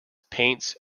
paints